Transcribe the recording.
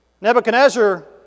Nebuchadnezzar